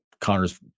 connor's